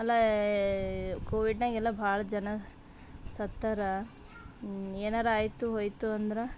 ಅಲ್ಲಾ ಕೋವಿಡ್ನಾಗ ಎಲ್ಲ ಭಾಳ ಜನ ಸತ್ತಾರ ಏನಾರ ಆಯಿತು ಹೋಯಿತು ಅಂದ್ರೆ